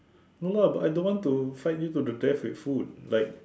no lah but I don't want to fight you to the death with food like